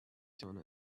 done